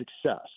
success